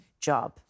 job